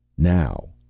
now.